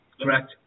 correct